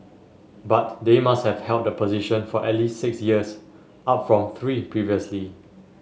but they must have held the position for at least six years up from three previously